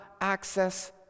access